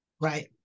right